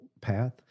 path